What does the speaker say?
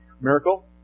miracle